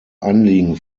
anliegen